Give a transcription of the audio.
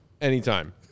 anytime